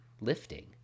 lifting